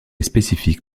spécifique